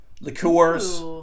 liqueurs